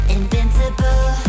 Invincible